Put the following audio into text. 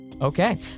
Okay